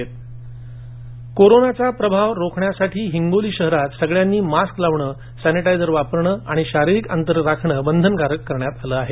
जनजागुती कोरोनाचा प्राद्भाव रोखण्यासाठी हिंगोली शहरात सगळ्यांनी मास्क लावणं सॅनिटायझर वापरणं आणि शारिरीक अंतर राखणं बंधनकारक केलं आहे